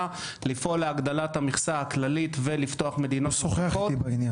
לפעול להגדלת המכסה הכללית ולפתוח מדינות נוספות.